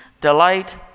delight